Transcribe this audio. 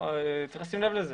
צריך לשים לב לזה.